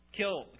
kill